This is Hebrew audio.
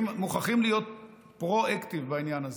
מוכרחים להיות פרו-אקטיביים בעניין הזה.